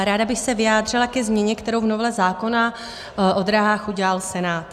Ráda bych se vyjádřila ke změně, kterou v novele zákona o drahách udělal Senát.